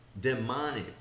demonic